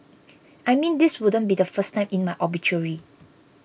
I mean this wouldn't be the first line in my obituary